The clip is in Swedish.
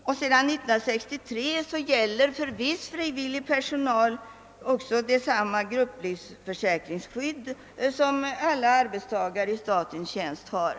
Sedan 1963 gäller för viss frivillig personal också samma grupplivförsäkringsskydd som alla arbetstagare i statens tjänst har.